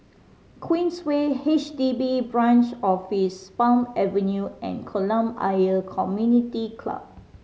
Queensway H D B Branch Office Palm Avenue and Kolam Ayer Community Club